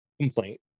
complaint